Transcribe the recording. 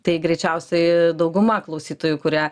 tai greičiausiai dauguma klausytojų kurie